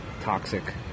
toxic